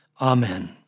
Amen